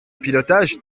pilotage